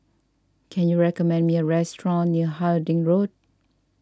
can you recommend me a restaurant near Harding Road